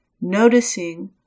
noticing